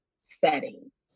settings